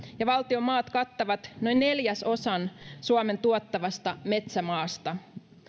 ja valtion maat kattavat noin neljäsosan suomen tuottavasta metsämaasta